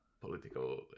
political